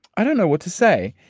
i don't know what to say.